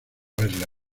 verla